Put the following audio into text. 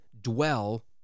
dwell